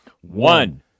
one